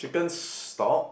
chicken stock